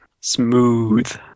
Smooth